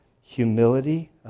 humility